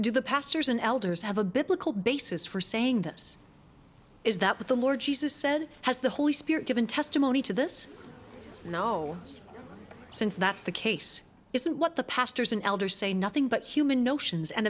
do the pastors and elders have a biblical basis for saying this is that with the lord jesus said has the holy spirit given testimony to this no since that's the case isn't what the pastors and elders say nothing but human notions and